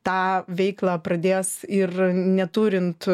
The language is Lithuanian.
tą veiklą pradės ir neturint